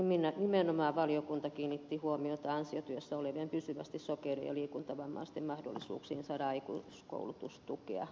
ja nimenomaan valiokunta kiinnitti huomiota ansiotyössä olevien pysyvästi sokeiden ja liikuntavammaisten mahdollisuuksiin saada aikuiskoulutustukea omaehtoiseen opiskeluun